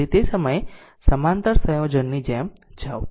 તેથી તે સમયે સમાંતર સંયોજન ની જેમ જાઓ